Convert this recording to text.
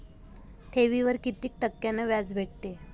ठेवीवर कितीक टक्क्यान व्याज भेटते?